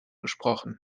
gesprochen